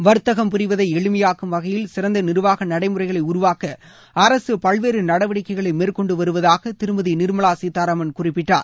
வாத்தகம் புரிவதை எளிமையாக்கும் வகையில் சிறந்த நிர்வாக நடைமுறைகளை உருவாக்க அரசு பல்வேறு நடவடிக்கைகளை மேற்கொண்டு வருவதாக திருமதி நிர்மலா சீதாராமன் குறிப்பிட்டார்